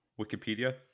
Wikipedia